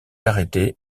arrêté